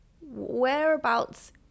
whereabouts